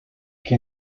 que